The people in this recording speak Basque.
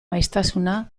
maiztasuna